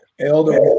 Elder